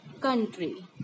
country